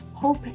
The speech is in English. Hope